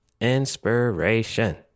Inspiration